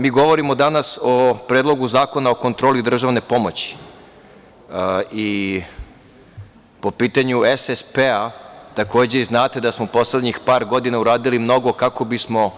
Drugo, mi govorimo danas o Predlogu zakona o kontroli državne pomoći i po pitanju SSP takođe znate da smo poslednjih par godina uradili mnogo kako bismo